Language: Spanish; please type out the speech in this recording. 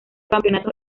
campeonatos